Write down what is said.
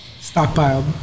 stockpiled